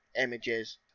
images